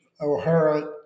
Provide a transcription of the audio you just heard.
O'Hara